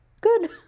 good